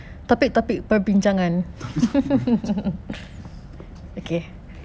topic topic perbincangan